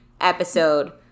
episode